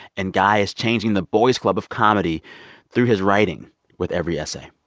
and guy is changing the boys' club of comedy through his writing with every essay.